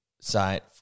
site